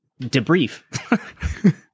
debrief